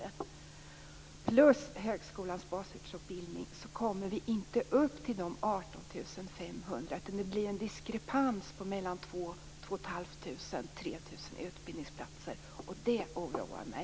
Även om vi lägger till högskolans basårsutbildning kommer vi inte upp till 18 500, utan det blir en diskrepans på mellan 2 000 och 3 000 utbildningsplatser. Det oroar mig.